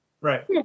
Right